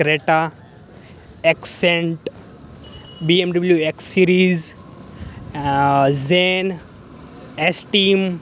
Creta Accent BMW X series Zen Esteem